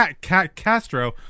Castro